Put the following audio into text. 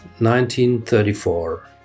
1934